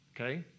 Okay